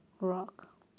rock